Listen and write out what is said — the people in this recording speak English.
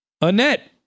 Annette